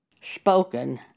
spoken